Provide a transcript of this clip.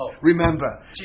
Remember